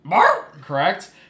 Correct